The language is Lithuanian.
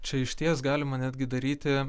čia išties galima netgi daryti